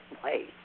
place